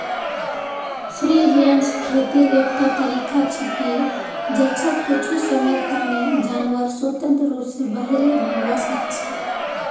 free range खेतीर एकटा तरीका छिके जैछा कुछू समयर तने जानवर स्वतंत्र रूप स बहिरी घूमवा सख छ